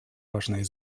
важное